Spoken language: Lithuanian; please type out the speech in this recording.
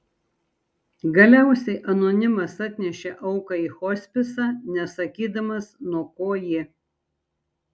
galiausiai anonimas atnešė auką į hospisą nesakydamas nuo ko ji